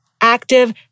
active